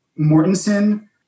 Mortensen